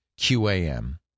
QAM